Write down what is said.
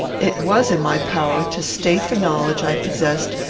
it was in my power to state the knowledge i possessed,